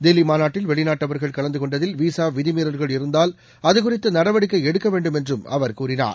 தில்லி மாநாட்டில் வெளிநாட்டவர்கள் கலந்துகொண்டதில் விசா விதிமீறல்கள் இருந்தால் அது குறித்து நடவடிக்கை எடுக்க வேண்டும் என்றும் அவர் கூறினார்